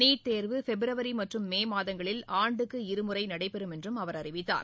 NEET தேர்வு பிப்ரவரி மற்றும் மே மாதங்களில் ஆண்டுக்கு இருமுறை நடைபெறும் என்றும் அவர் அறிவித்தார்